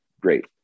Great